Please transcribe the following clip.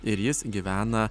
ir jis gyvena